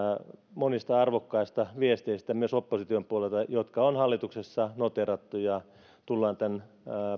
monista arvokkaista viesteistä myös opposition puolelta jotka on hallituksessa noteerattu ja tullaan tämän